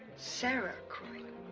sara croydon